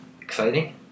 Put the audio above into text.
exciting